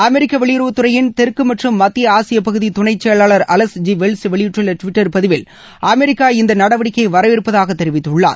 அமெரிக்க வெளியுறவுத்துறையின் தெற்கு மற்றும் மத்திய ஆசிய பகுதி துணைச் செயலாளர் அலெஸ் ஜி வெல்ஸ் வெளியிட்டுள்ள டுவிட்டர் பதிவில் அமெரிக்கா இந்த நடவடிக்கையை வரவேற்பதாக தெரிவித்துள்ளார்